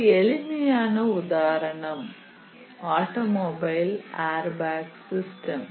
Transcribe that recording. ஒரு எளிமையான உதாரணம் ஆட்டோ மொபைல் ஏர்பேக் சிஸ்டம்